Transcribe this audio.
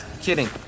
kidding